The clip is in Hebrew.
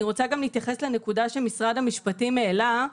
אני רוצה גם להתייחס לנקודה שמשרד המשפטים העלה.